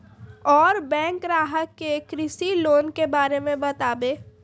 और बैंक ग्राहक के कृषि लोन के बारे मे बातेबे?